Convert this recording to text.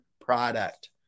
product